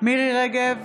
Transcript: מירי מרים רגב,